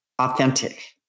authentic